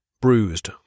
bruised